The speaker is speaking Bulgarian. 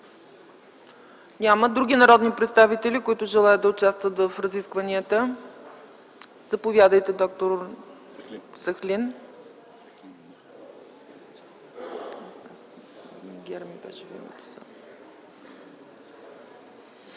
Няма. Други народни представители, които желаят да участват в разискванията? Заповядайте, доктор Сахлим.